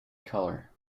colour